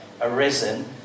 Arisen